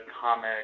comic